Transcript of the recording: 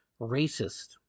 racist